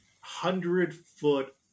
hundred-foot